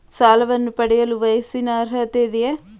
ಸಾಲವನ್ನು ಪಡೆಯಲು ವಯಸ್ಸಿನ ಅರ್ಹತೆ ಇದೆಯಾ?